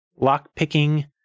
Lockpicking